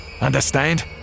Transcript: Understand